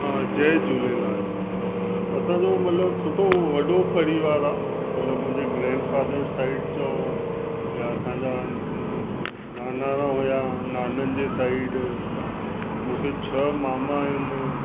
जय झूलेलाल असांजो मतिलबु सुठो वॾो परिवार आहे मतिलबु मुंहिंजे ग्रैंड फ़ादर साइड चयो या असांजा नानाणा हुआ नाननि जे साइड मूंखे छह मामा आहिनि